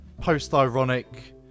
post-ironic